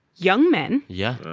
young men. yeah.